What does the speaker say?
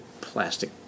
plastic